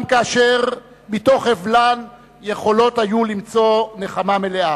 גם כאשר מתוך אבלן יכולות היו למצוא נחמה מלאה.